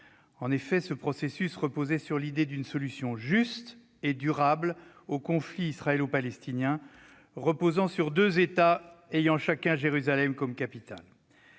En effet, ce processus reposait sur l'idée d'une solution juste et durable au conflit israélo-palestinien, reposant sur deux États ayant chacun Jérusalem comme capitale.